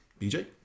BJ